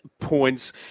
points